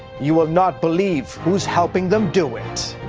you will not believe who's helping them do it.